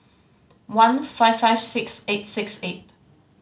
one five five six eight six eight